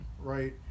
right